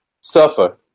Suffer